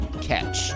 catch